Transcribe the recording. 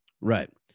Right